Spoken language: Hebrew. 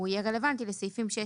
הוא יהיה רלוונטי לסעיפים 6,